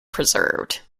preserved